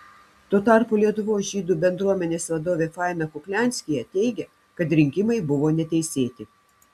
tuo tarpu lietuvos žydų bendruomenės vadovė faina kuklianskyje teigia kad rinkimai buvo neteisėti